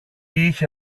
είχε